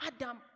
Adam